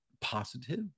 positive